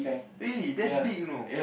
really that's big you know